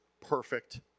perfect